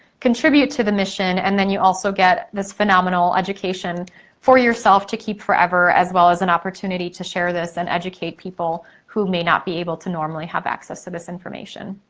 contribute to the mission and then you also get this phenomenal education for yourself to keep forever as well as an opportunity opportunity to share this and educate people who may not be able to normally have access to this information.